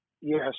Yes